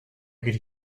could